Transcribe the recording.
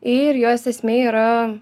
ir jos esmė yra